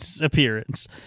appearance